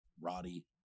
Roddy